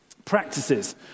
Practices